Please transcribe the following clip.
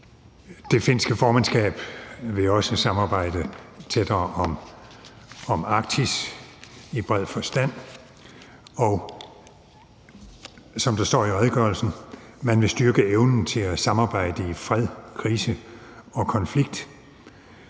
Det finske formandskab vil også samarbejde tættere om Arktis i bred forstand, og som det står i redegørelsen, vil man styrke evnen til »at samarbejde i fred, krise og konflikt«,